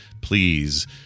please